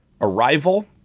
arrival